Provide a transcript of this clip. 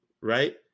right